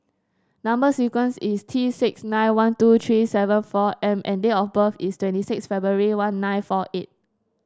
number sequence is T six nine one two three seven four M and date of birth is twenty six February one nine four eight